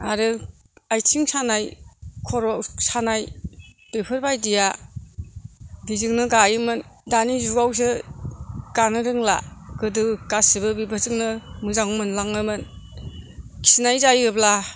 आरो आथिं सानाय खर' सानाय बेफोरबायदिया बिजोंनो गायोमोन दानि जुगावसो गानो रोंला गोदो गासिबो बेफोरजोंनो मोजां मोनलाङोमोन खिनाय जायोब्ला